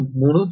30 p